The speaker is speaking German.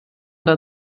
der